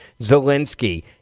Zelensky